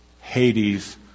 Hades